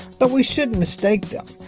but, we shouldn't mistake them,